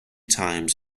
times